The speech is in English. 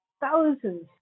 thousands